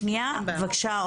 בבקשה,